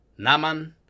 Naman